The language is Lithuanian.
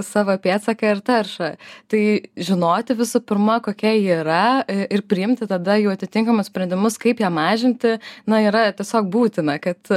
savo pėdsaką ir taršą tai žinoti visų pirma kokia ji yra ir priimti tada jau atitinkamus sprendimus kaip ją mažinti na yra tiesiog būtina kad